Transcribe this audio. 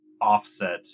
offset